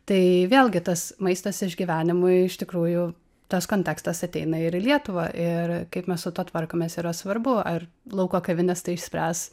tai vėlgi tas maistas išgyvenimui iš tikrųjų tas kontekstas ateina ir į lietuvą ir kaip mes su tuo tvarkomės yra svarbu ar lauko kavinės tai išspręs